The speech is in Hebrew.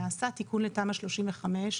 נעשה תיקון לתמ"א 35,